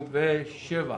- ב-77',